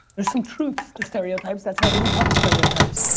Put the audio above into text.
there's some truths to stereotypes, that's how they become stereotypes.